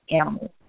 animals